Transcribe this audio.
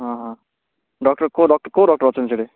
ହଁ ହଁ ଡକ୍ଟର୍ କେଉଁ ଡକ୍ଟର୍ କେଉଁ ଡକ୍ଟର୍ ଅଛନ୍ତି ସେଠି